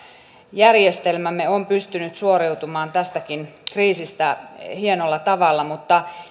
järjestelmämme on pystynyt suoriutumaan tässäkin kriisissä hienolla tavalla mutta